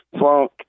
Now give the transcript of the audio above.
funk